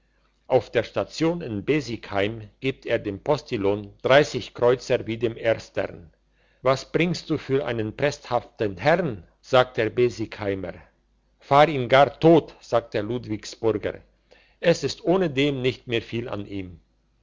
auf der station in besigheim gibt er dem postillion dreissig kreuzer wie dem erstern was bringst du für einen presthaften herrn sagte der besigheimer fahr ihn gar tot sagte der ludwigsburger es ist ohnedem nicht mehr viel an ihm